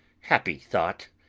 happy thought!